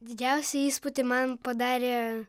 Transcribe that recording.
didžiausią įspūdį man padarė